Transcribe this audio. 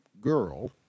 girl